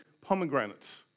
pomegranates